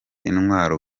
intwaro